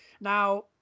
Now